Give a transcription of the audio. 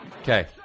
Okay